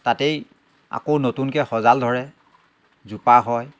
তাতেই আকৌ নতুনকৈ সঁজাল ধৰে জোপা হয়